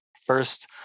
first